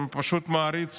פשוט מעריץ,